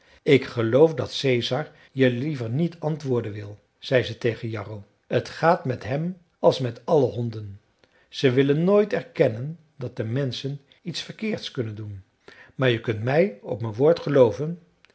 ik geloof dat caesar je liever niet antwoorden wil zei ze tegen jarro t gaat met hem als met alle honden ze willen nooit erkennen dat de menschen iets verkeerds kunnen doen maar je kunt mij op mijn woord gelooven